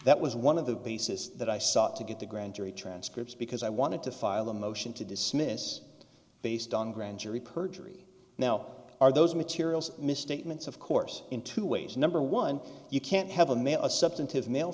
that was one of the pieces that i sought to get the grand jury transcripts because i wanted to file a motion to dismiss based on grand jury perjury now are those materials misstatements of course in two ways number one you can't have a male a substantive ma